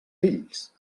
fills